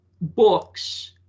books